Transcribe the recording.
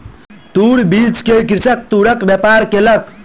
तूर बीछ के कृषक तूरक व्यापार केलक